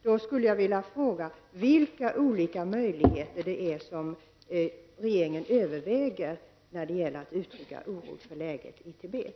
Jag skulle vilja fråga vilka olika möjligheter regeringen överväger när det gäller att uttrycka oro för läget i Tibet.